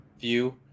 view